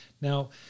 Now